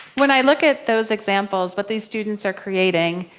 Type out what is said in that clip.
when i look at those examples, what these students are creating,